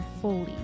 fully